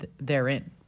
therein